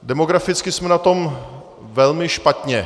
Demograficky jsme na tom velmi špatně.